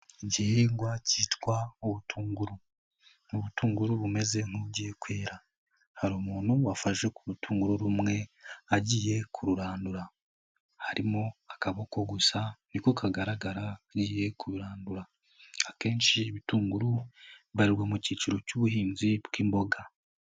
Igihingwa cyitwa ubutunguru, n'ubutunguru bumeze nk'ugiye kwera, hari umuntu wafashe ku rutunguru rumwe, agiye kuburandura. Harimo akaboko gusa niko kagaragara, agiye kurandura. Akenshi ibitunguru bubarirwa mu cyiciro cy'ubuhinzi bw'imboga.